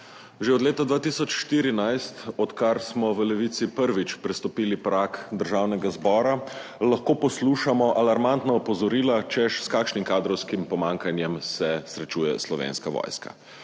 Že od leta 2014, odkar smo v Levici prvič prestopili prag Državnega zbora, lahko poslušamo alarmantna opozorila, češ, s kakšnim kadrovskim pomanjkanjem se srečuje Slovenska vojska,